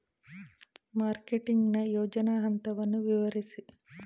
Marketing ನ ಯೋಜನಾ ಹಂತವನ್ನು ವಿವರಿಸಿ?